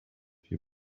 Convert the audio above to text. you